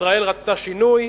ישראל רצתה שינוי,